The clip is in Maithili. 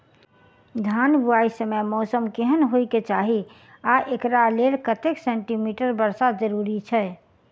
धान बुआई समय मौसम केहन होइ केँ चाहि आ एकरा लेल कतेक सँ मी वर्षा जरूरी छै?